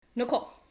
Nicole